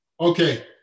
Okay